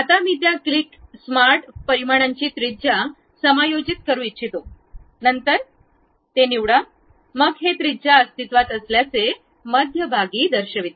ता मी त्या क्लिक स्मार्ट परिमाणांची त्रिज्या समायोजित करू इच्छितो नंतर ते निवडा मग हे त्रिज्या अस्तित्वात असल्याचे मध्यभागी दर्शविते